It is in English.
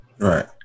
right